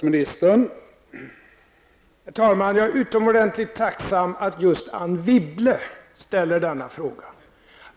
Herr talman! Jag är utomordentligt tacksam att just Anne Wibble ställer denna fråga.